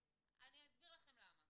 זה לא העניין -- אני אסביר לכם למה כי